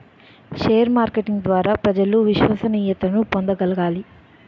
share marketing ద్వారా ప్రజలు విశ్వసనీయతను పొందగలగాలి